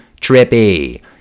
Trippy